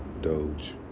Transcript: Doge